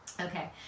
Okay